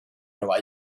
nueva